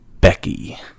Becky